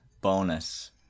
bonus